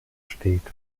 steht